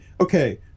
okay